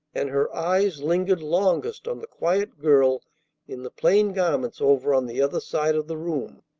and her eyes lingered longest on the quiet girl in the plain garments over on the other side of the room.